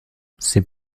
ces